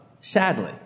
sadly